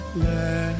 let